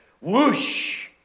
Whoosh